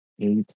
eight